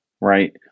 right